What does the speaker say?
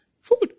Food